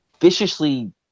viciously